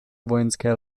vojenské